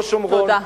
לא שומרון,